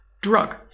drug